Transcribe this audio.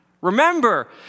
Remember